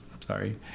sorry